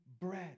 bread